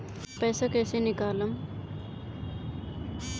पैसा कैसे निकालम?